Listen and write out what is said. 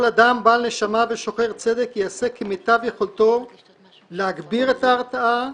כל אדם בעל נשמה ושוחר צדק יעשה כמיטב יכולתו להגביר את ההרתעה,